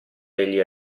egli